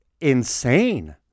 insane